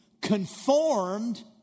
conformed